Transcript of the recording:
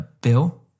Bill